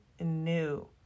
new